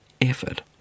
effort